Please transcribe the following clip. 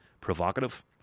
provocative